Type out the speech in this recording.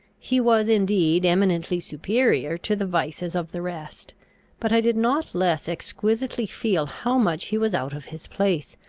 he was indeed eminently superior to the vices of the rest but i did not less exquisitely feel how much he was out of his place,